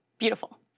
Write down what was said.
Beautiful